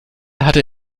hatte